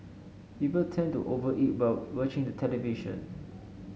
people tend to over eat while watching the television